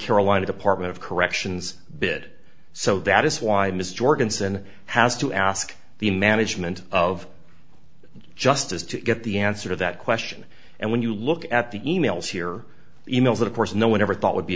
carolina department of corrections bit so that is why miss jorgensen has to ask the management of just as to get the answer to that question and when you look at the e mails here e mails that of course no one ever thought would be